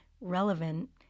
relevant